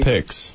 picks